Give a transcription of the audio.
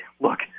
look